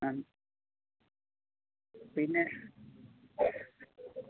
ആ പിന്നെ